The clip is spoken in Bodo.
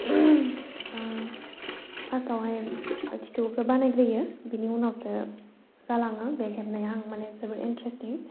फार्स्ट आवहाय खिथौखौ बानायफैयो बिनि उनावसो जालाङो बे हेबनाया माने जोबोद इन्टारेस्टिं